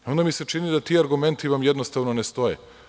Onda mi se čini da ti argumenti vam jednostavno ne stoje.